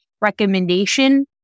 recommendation